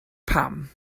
pam